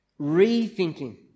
rethinking